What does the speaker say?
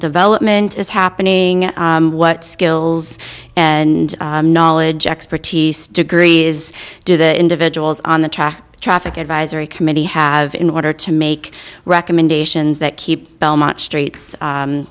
development is happening what skills and knowledge expertise degree is to the individuals on the track traffic advisory committee have in order to make recommendations that keep belmont str